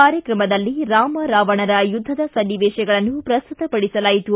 ಕಾರ್ಯಕ್ರಮದಲ್ಲಿ ರಾಮ ರಾವಣರ ಯುದ್ಧದ ಸನ್ನಿವೇತಗಳನ್ನು ಪ್ರಸ್ತುತಪಡಿಸಲಾಯಿತು